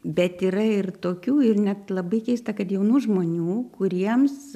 bet yra ir tokių ir net labai keista kad jaunų žmonių kuriems